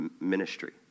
ministry